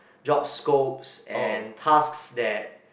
job scopes and tasks that